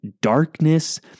darkness